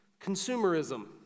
consumerism